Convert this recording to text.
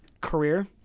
career